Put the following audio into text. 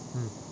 mm